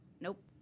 nope